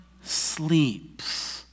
sleeps